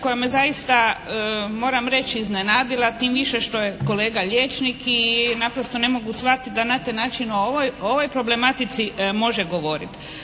koja me zaista moram reći iznenadila, tim više što je kolega liječnik i naprosto ne mogu shvatiti da na taj način o ovoj problematici može govoriti.